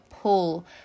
pull